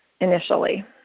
initially